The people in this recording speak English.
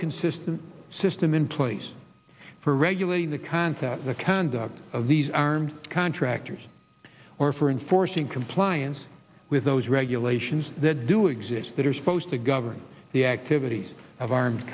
consistent system in place for regulating the concept the conduct of these armed contractors or for enforcing compliance with those regulations that do exist that are supposed to govern the activities of arm